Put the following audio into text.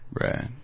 Right